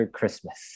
Christmas